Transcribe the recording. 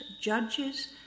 judges